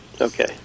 okay